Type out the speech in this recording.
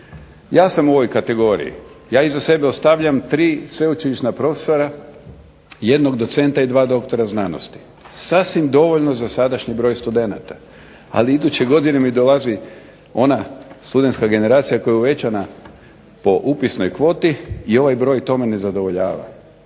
Ja sam u ovoj kategoriji, ja iza sebe ostavljam 3 sveučilišna profesora, 1 docenta i 2 doktora znanosti. Sasvim dovoljno za sadašnji broj studenata. Ali iduće godine mi dolazi ona studentska generacija koja je povećana po upisnoj kvoti i ovaj broj tome ne zadovoljava.